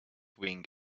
wing